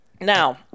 Now